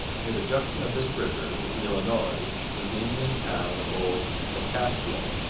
near the junction of this river with the illinois was the indian town of old kaskaskia.